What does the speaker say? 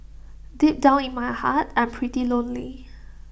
deep down in my heart I'm pretty lonely